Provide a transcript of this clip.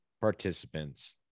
participants